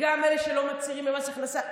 וגם אלה שלא מצהירים למס הכנסה.